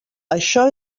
això